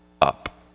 up